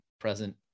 present